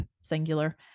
singular